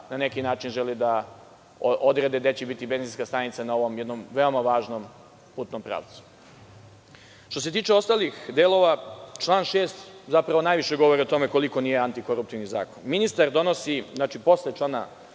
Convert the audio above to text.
na neki način žele da odrede gde će biti benzinska stanica na ovom jednom veoma važnom putnom pravcu. Što se tiče ostalih delova, član 6. najviše govori o tome koliko nije antikoruptivni zakon. Posle člana